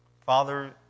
Father